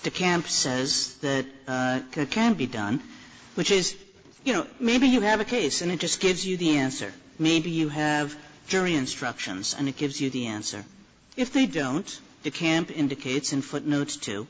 the camp says that can be done which is you know maybe you have a case and it just gives you the answer maybe you have jury instructions and it gives you the answer if they don't the camp indicates in footnotes too